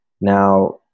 Now